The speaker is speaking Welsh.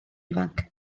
ifanc